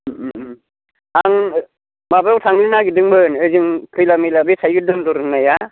आं माबायाव थांनो नागिरदोंमोन बैजों खैलामैला बे थाइगिर दन्दर होननाया